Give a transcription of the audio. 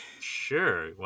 Sure